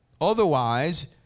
Otherwise